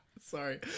Sorry